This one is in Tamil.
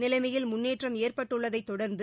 நிலைமையில் முன்னேற்றம் ஏற்பட்டுள்ளதைத் தொடர்ந்து